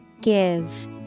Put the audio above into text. Give